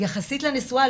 יחסית לנסועה,